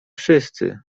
wszyscy